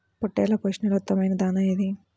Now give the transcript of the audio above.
పొట్టెళ్ల పోషణలో ఉత్తమమైన దాణా ఏది?